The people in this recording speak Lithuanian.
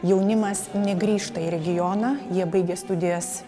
jaunimas negrįžta į regioną jie baigia studijas